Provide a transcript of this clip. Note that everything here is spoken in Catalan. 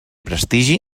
prestigi